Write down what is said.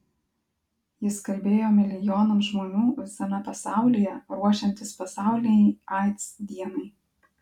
jis kalbėjo milijonams žmonių visame pasaulyje ruošiantis pasaulinei aids dienai